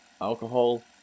alcohol